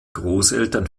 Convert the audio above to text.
großeltern